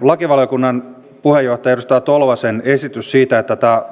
lakivaliokunnan puheenjohtajan edustaja tolvasen esitys siitä että tämä